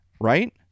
right